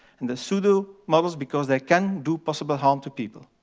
and the pseudo models because they can do possible harm to people.